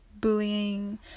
bullying